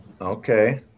Okay